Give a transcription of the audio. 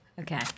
Okay